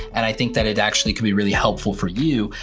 and i think that it actually can be really helpful for you.